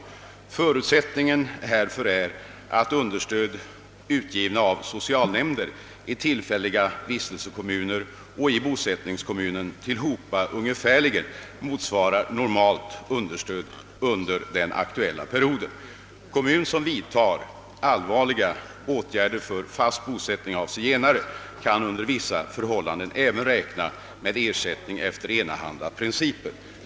Förutsättningen härför är att understöd givna av socialnämnder i tillfälliga vistelsekommuner eller i bosättningskommunen = tillhopa ungefär motsvarar normalt understöd under den aktuella perioden. Kommun som vidtar allvarliga åtgärder för att hjälpa zigenare till fast bosättning kan under vissa förhållanden även räkna med ersättning efter enahanda principer.